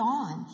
on